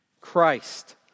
Christ